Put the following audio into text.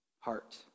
heart